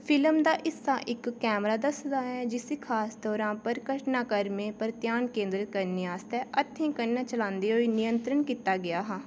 film दा हिस्सा इक कैमरा दसदा ऐ जिसी खास तौरा उप्पर घटनाक्रमें पर ध्यान केंद्रत करने आस्तै हत्थें कन्नै चलांदे होई नियंत्रण कीता गेआ हा